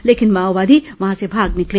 लेकिन माओवादी वहां से भाग निकले